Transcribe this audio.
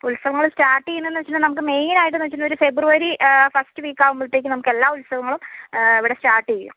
ഇപ്പോൾ ഉത്സവങ്ങൾ സ്റ്റാർട്ട് ചെയ്യുന്നതെന്ന് വച്ചിട്ടുണ്ടെങ്കിൽ നമുക്ക് മെയിനായിട്ടെന്നു വച്ചിട്ടുണ്ടെങ്കിൽ ഒരു ഫെബ്രുവരി ഫസ്റ്റ് വീക്കാവുമ്പോഴത്തേക്ക് നമുക്ക് എല്ലാ ഉത്സവങ്ങളും ഇവിടെ സ്റ്റാർട്ട് ചെയ്യും